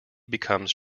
becomes